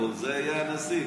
זה יהיה הנשיא.